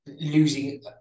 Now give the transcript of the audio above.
Losing